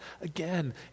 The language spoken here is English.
again